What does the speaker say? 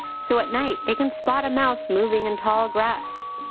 so at night they can spot a mouse moving in tall grass.